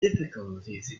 difficulties